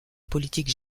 politique